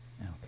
Okay